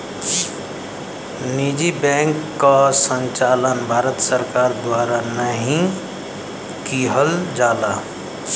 निजी बैंक क संचालन भारत सरकार द्वारा नाहीं किहल जाला